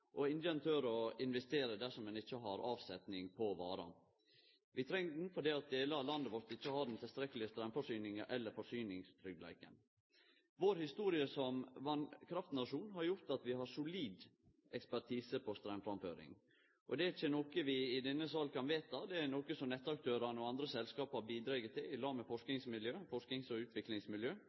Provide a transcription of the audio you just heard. og ingen tør å investere dersom ein ikkje har avsetning på vara. Vi treng dei fordi delar av landet vårt ikkje har den tilstrekkelege straumforsyninga eller forsyningstryggleiken. Vår historie som vasskraftnasjon har gjort at vi har solid ekspertise på straumframføring. Det er ikkje noko vi i denne salen kan vedta. Det er noko som nettaktørane og andre selskap har bidrege til i lag med forskings- og utviklingsmiljø.